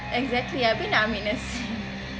exactly abeh nak ambil nursing